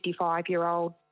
55-year-old